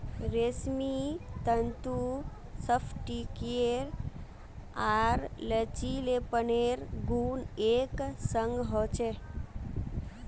रेशमी तंतुत स्फटिकीय आर लचीलेपनेर गुण एक संग ह छेक